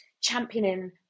championing